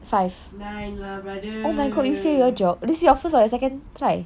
nine lah brother